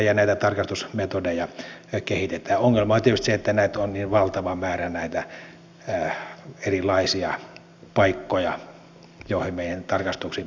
ongelma on tietysti se että on niin valtava määrä näitä erilaisia paikkoja joihin meidän tarkastuksia pitäisi tehdä